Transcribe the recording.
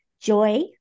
Joy